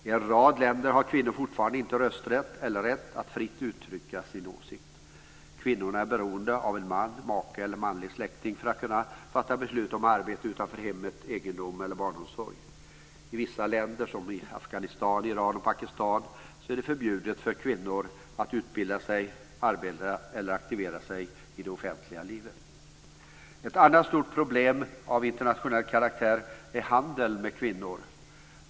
I en rad länder har kvinnor fortfarande inte rösträtt eller rätt att fritt uttrycka sin åsikt. Kvinnorna är beroende av en man, make eller manlig släkting, för att kunna fatta beslut om arbete utanför hemmet, egendom eller barnomsorg. I vissa länder, som Afghanistan, Iran och Pakistan, är det förbjudet för kvinnor att utbilda sig, arbeta eller aktivera sig i det offentliga livet. Ett annat stort problem av internationell karaktär är handeln med kvinnor.